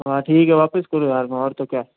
हाँ ठीक है वापस करो यार और तो क्या